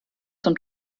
zum